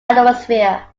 ionosphere